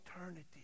eternity